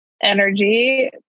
energy